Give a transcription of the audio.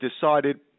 decided